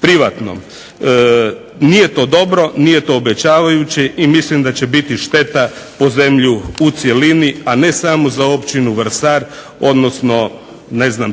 privatnom. Nije to dobro, nije obećavajuće i mislim da će biti šteta po zemlju u cjelini, a ne samo za općinu VRsar odnosno